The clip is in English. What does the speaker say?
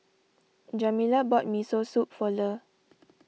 Jamila bought Miso Soup for Le